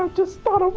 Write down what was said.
um just thought